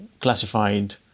classified